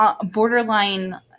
borderline